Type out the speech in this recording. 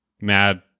mad